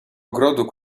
ogrodu